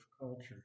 culture